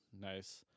nice